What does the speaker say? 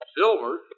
Silver